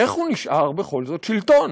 איך הוא נשאר בכל זאת שלטון?